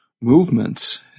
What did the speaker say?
movements